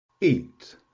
Eat